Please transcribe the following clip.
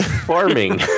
Farming